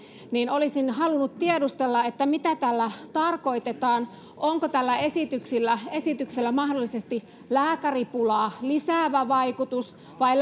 olisin halunnut tiedustella mitä tällä tarkoitetaan onko tällä esityksellä esityksellä mahdollisesti lääkäripulaa lisäävä vaikutus vai